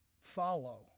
follow